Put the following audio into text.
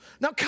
Now